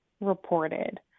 reported